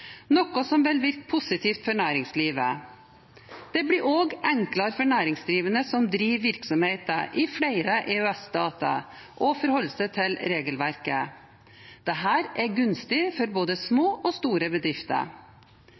noe som vil virke positivt for næringslivet. Det blir også enklere for næringsdrivende som driver virksomhet i flere EØS-stater, å forholde seg til regelverket. Dette er gunstig for både små og store bedrifter.